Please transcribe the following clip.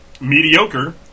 mediocre